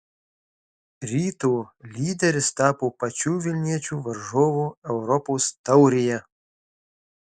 ryto lyderis tapo pačių vilniečių varžovu europos taurėje